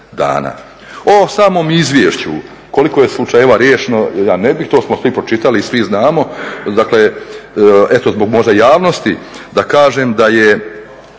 O samom izvješću koliko je slučajeva riješeno ja ne bih, svi znamo, dakle eto zbog možda javnosti da kažem da je